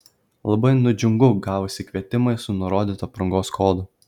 labai nudžiungu gavusi kvietimą su nurodytu aprangos kodu